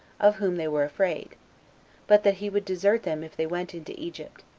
of whom they were afraid but that he would desert them if they went into egypt,